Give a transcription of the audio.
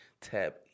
tap